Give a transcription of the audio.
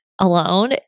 alone